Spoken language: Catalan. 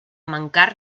mancar